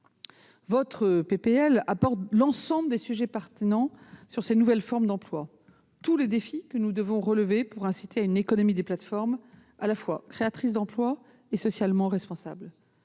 de loi aborde l'ensemble des questions pertinentes au sujet de ces nouvelles formes d'emploi, tous les défis que nous devons relever pour favoriser une économie des plateformes à la fois créatrice d'emplois et socialement responsable